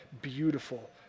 beautiful